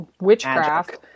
witchcraft